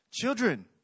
Children